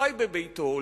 שחי בביתו,